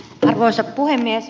arvoisa puhemies